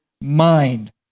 mind